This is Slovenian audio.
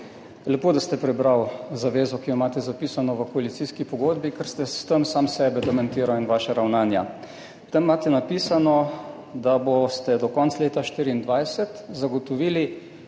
Lepo, da ste prebrali zavezo, ki jo imate zapisano v koalicijski pogodbi, ker ste s tem sam sebe demantirali in vaša ravnanja. Tam imate napisano, da boste do konca leta 2024 zagotovili